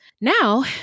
Now